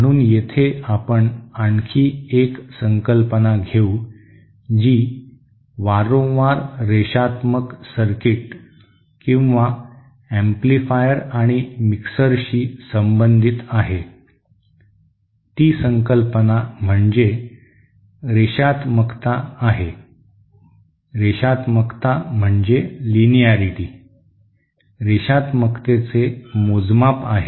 म्हणून येथे आपण आणखी एक संकल्पना घेऊ जी वारंवार रेषात्मक सर्किट किंवा एम्पलीफायर आणि मिक्सरशी संबंधित आहे ती संकल्पना म्हणजे रेषात्मकता आहे रेषात्मकतेचे मोजमाप आहे